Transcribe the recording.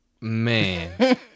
Man